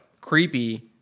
creepy